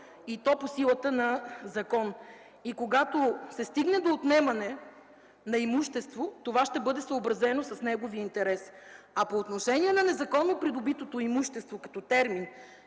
и то по силата на закон, и когато се стигне до отнемане на имущество това ще бъде съобразено с неговия интерес. По отношение на незаконно придобитото имущество като термин